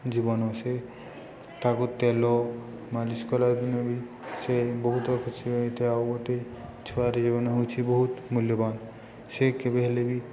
ଜୀବନ ସେ ତାକୁ ତେଲ ମାଲିସ୍ କଲା ଦିନ ବି ସେ ବହୁତ କିଛି ହୋଇଥାଏ ଆଉ ଗୋଟେ ଛୁଆର ଜୀବନ ହେଉଛିି ବହୁତ ମୂଲ୍ୟବାନ ସେ କେବେ ହେଲେ ବି